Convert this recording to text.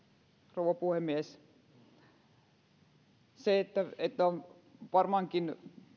rouva puhemies on varmaankin